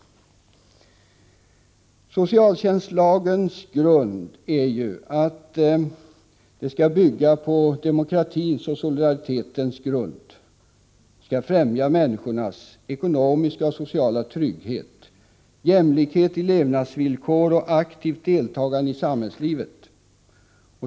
I socialtjänstlagens 1 § står: ”Samhällets socialtjänst skall på demokratins och solidaritetens grund främja människornas ekonomiska och sociala trygghet, aktiva deltagande i samhällslivet.